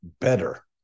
better